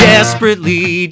Desperately